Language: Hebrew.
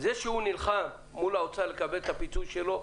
הוא צודק בזה שהוא נלחם מול האוצר לקבל את הפיצוי שלו,